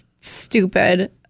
stupid